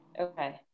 Okay